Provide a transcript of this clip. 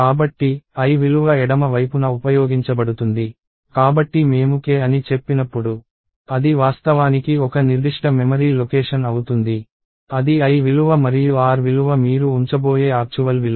కాబట్టి lవిలువ ఎడమ వైపున ఉపయోగించబడుతుంది కాబట్టి మేము k అని చెప్పినప్పుడు అది వాస్తవానికి ఒక నిర్దిష్ట మెమరీ లొకేషన్ అవుతుంది అది l విలువ మరియు r విలువ మీరు ఉంచబోయే ఆక్చువల్ విలువ